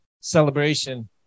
celebration